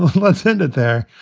let's end it there.